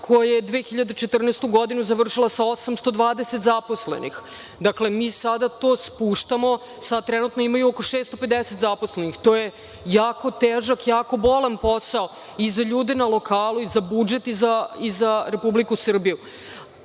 koji je 2014. godinu završila sa 820 zaposlenih. Dakle, mi sada to spuštamo, sada trenutno imaju oko 650 zaposlenih, to je jako težak i jako bolan posao i za ljude na lokalu i za budžet i za Republiku Srbiju. Mislim